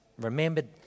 remembered